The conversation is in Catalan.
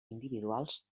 individuals